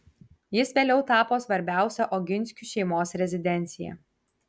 jis vėliau tapo svarbiausia oginskių šeimos rezidencija